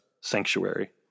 Sanctuary